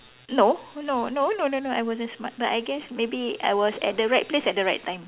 no no no no no I wasn't smart I guess maybe I was at the right place at the right time